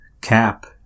cap